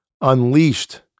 unleashed